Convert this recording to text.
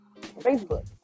Facebook